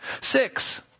Six